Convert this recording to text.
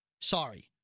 Sorry